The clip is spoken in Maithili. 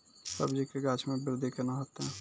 सब्जी के गाछ मे बृद्धि कैना होतै?